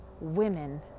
women